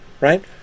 right